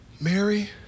Mary